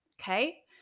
okay